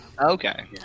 Okay